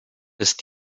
ist